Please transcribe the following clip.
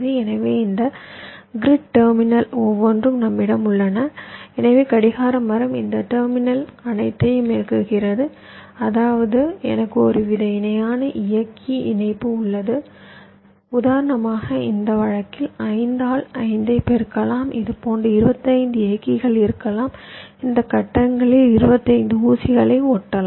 எனவே இந்த கிரிட் டெர்மினல்கள் ஒவ்வொன்றும் நம்மிடம் உள்ளன எனவே கடிகார மரம் இந்த டெர்மினல்கள் அனைத்தையும் இயக்குகிறது அதாவது எனக்கு ஒருவித இணையான இயக்கி இணைப்பு உள்ளது உதாரணமாக இந்த வழக்கில் 5 ஆல் 5 பெருக்கலாம் இதுபோன்ற 25 இயக்கிகள் இருக்கலாம் இந்த கட்டங்களில் 25 ஊசிகளை ஓட்டலாம்